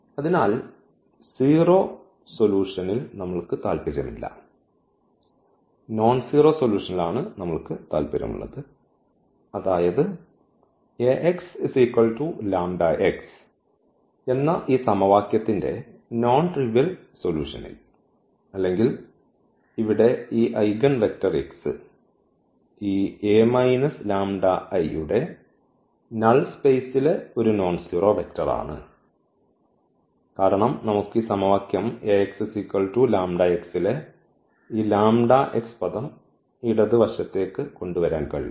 അതിനാൽ 0 സൊല്യൂഷൻൽ നമ്മൾക്ക് താൽപ്പര്യമില്ല നോൺസീറോ സൊല്യൂഷൻൽ നമ്മൾക്ക് താൽപ്പര്യമുണ്ട് അതായത് എന്ന ഈ സമവാക്യത്തിന്റെ നോൺ ട്രിവിയൽ സൊല്യൂഷൻൽ അല്ലെങ്കിൽ ഇവിടെ ഈ ഐഗൺവെക്റ്റർ x ഈ യുടെ നൾ സ്പേസിലെ ഒരു നോൺസീറോ വെക്റ്ററാണ് കാരണം നമുക്ക് ഈ സമവാക്യം ലെ ഈ λx പദം ഇടത് വശത്തേക്ക് കൊണ്ടുവരാൻ കഴിയും